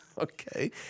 Okay